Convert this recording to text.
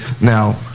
Now